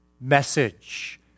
message